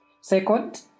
Second